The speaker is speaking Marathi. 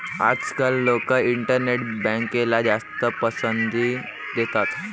आजकाल लोक इंटरनेट बँकला जास्त पसंती देतात